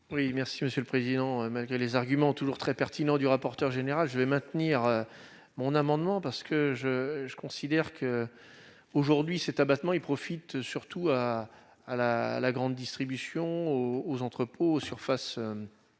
merci Monsieur le Président, malgré les arguments toujours très pertinent du rapporteur général je vais maintenir mon amendement parce que je, je considère que, aujourd'hui, cet abattement, il profite surtout à à la à la grande distribution ou aux entrepôts surface